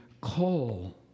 call